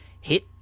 Hit